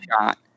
shot